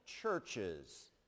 churches